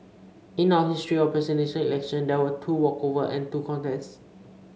in our history of Presidential Election there were two walkover and two contests